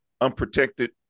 unprotected